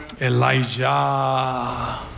Elijah